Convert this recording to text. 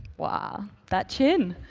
wow, that chin.